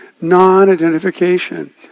Non-identification